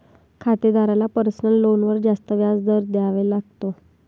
खातेदाराला पर्सनल लोनवर जास्त व्याज दर द्यावा लागतो